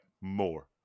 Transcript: more